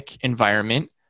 environment